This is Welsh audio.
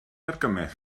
argymell